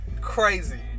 Crazy